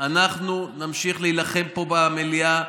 אנחנו נמשיך להילחם פה במליאה.